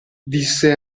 disse